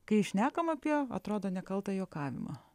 kai šnekam apie atrodo nekaltą juokavimą